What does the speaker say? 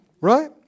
Right